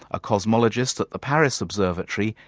a cosmologist at the paris observatory,